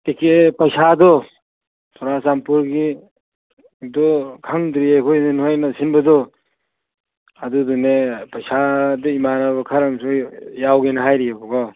ticket ꯄꯩꯁꯥꯗꯣ ꯆꯨꯔꯥꯆꯥꯟꯄꯨꯔꯒꯤꯗꯨ ꯈꯪꯗ꯭ꯔꯤꯌꯦ ꯑꯩꯈꯣꯏꯗꯤ ꯅꯣꯏꯅ ꯁꯤꯟꯕꯗꯣ ꯑꯗꯨꯗꯨꯅꯦ ꯄꯩꯁꯥꯗꯨ ꯏꯃꯥꯟꯅꯕ ꯈꯔ ꯑꯃꯁꯨ ꯌꯥꯎꯒꯦꯅ ꯍꯥꯏꯔꯤꯕꯀꯣ